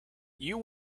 you